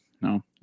no